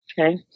Okay